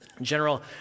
General